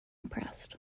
pressed